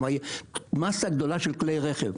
כלומר תהיה מסה גדולה של כלי רכב,